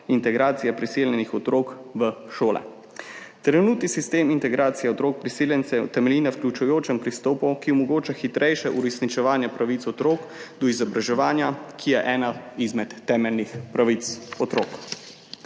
integracije priseljenih otrok v šole. Trenutni sistem integracije otrok priseljencev temelji na vključujočem pristopu, ki omogoča hitrejše uresničevanje pravic otrok do izobraževanja, ki je ena izmed temeljnih pravic otrok.